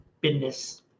business